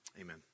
amen